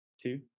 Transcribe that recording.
two